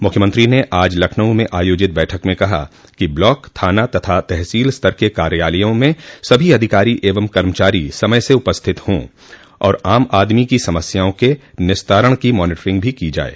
मुख्यमंत्री ने आज लखनऊ में आयोजित बैठक में कहा कि ब्लॉक थाना तथा तहसील स्तर के कार्यालयों में सभी अधिकारी एवं कर्मचारी समय से उपस्थित हों और आम आदमी की समस्याओं के निस्तारण की मॉनिटरिंग भी की जाये